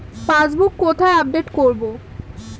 Passbook কোথায় update করব?